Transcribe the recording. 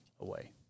away